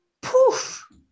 poof